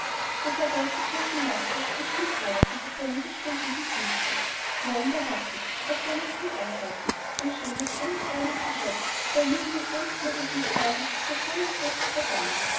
ha und der ganze zirkel lachte und stieß an auf den gefälligen splendiden prinzen nein wahrhaftig es war nicht zum aushalten ein schönes engelreines geschöpf voll milde sanftmut und mitleiden so schonungslos zu verdammen